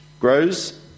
grows